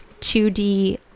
2D